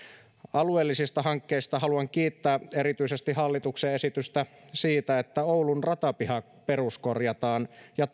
alueellisista hankkeista haluan kiittää erityisesti hallituksen esitystä siitä että oulun ratapiha peruskorjataan ja